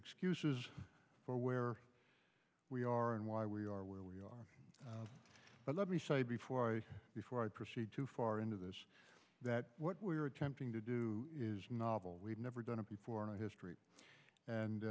excuses for where we are and why we are where we are but let me say before i before i proceed too far into this that what we are attempting to do is novel we've never done it before in history